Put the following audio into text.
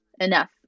enough